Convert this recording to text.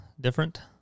different